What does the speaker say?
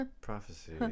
prophecy